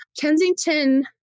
Kensington